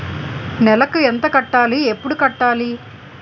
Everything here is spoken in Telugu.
నెలకు ఎంత కట్టాలి? ఎప్పుడు కట్టాలి?